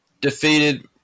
defeated